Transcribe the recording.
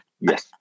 Yes